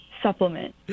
supplement